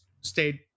stayed